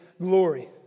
glory